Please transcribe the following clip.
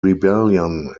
rebellion